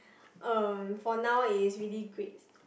um for now it is really grade